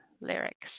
lyrics